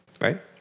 Right